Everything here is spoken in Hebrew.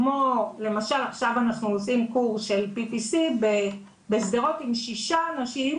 למשל עכשיו אנחנו עושים קורס של PPC בשדרות עם שישה אנשים